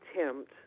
attempt